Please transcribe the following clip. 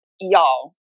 y'all